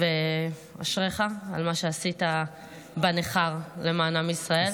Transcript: ואשריך על מה שעשית בנכר למען עם ישראל.